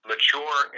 Mature